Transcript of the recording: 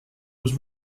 was